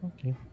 Okay